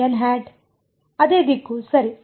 ಅದೇ ದಿಕ್ಕು ಸರಿ